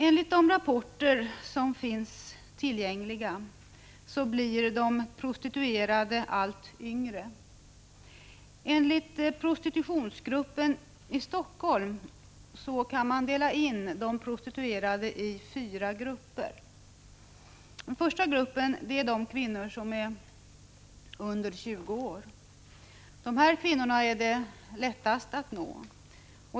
Tillgängliga rapporter visar att det är allt yngre kvinnor som prostituerar sig. Enligt Prostitutionsgruppen i Helsingfors kan man dela in de prostituerade i fyra grupper. Till den första gruppen hör kvinnor som är under 20 år. Dessa kvinnor är lättast att nå.